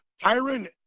Tyron